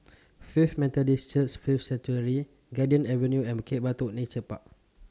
Faith Methodist Church Faith Sanctuary Garden Avenue and Bukit Batok Nature Park